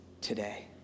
today